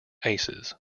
aces